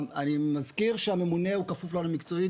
אני מזכיר שהממונה הוא כפוף לנו מקצועית